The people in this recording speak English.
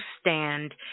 stand